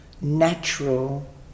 natural